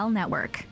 Network